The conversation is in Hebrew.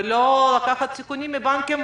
ולא לקחת סיכונים מהבנקים,